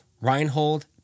Reinhold